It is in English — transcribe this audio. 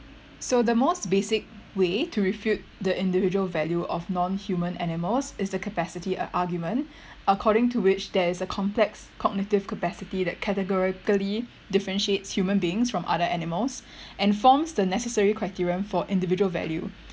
so the most basic way to refute the individual value of non human animals is the capacity a~ argument according to which there is a complex cognitive capacity that categorically differentiates human beings from other animals and forms the necessary criteria for individual value